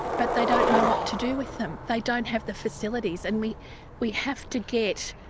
but they don't know what to do with them. they don't have the facilities. and we we have to get